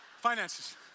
Finances